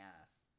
ass